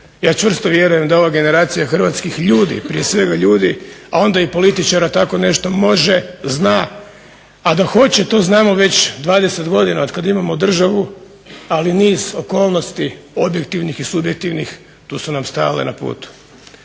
Ja čvrsto vjerujem da ova generacija hrvatskih ljudi, prije svega ljudi, a onda i političara tako nešto može, zna, a da hoće to znamo već 20 godina od kada imamo državu. Ali niz okolnosti objektivnih i subjektivnih tu su nam stajale na putu.